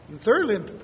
Thirdly